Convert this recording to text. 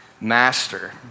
master